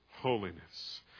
holiness